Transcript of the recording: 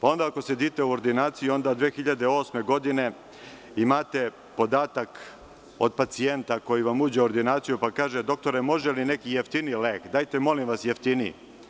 Ako sedite u ordinaciji, onda od 2008. godine imate podatak od pacijenta koji vam uđe u ordinaciju pa kaže – doktore, može li neki jeftiniji lek, dajte molim vas jeftiniji.